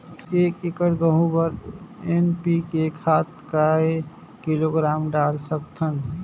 एक एकड़ गहूं बर एन.पी.के खाद काय किलोग्राम डाल सकथन?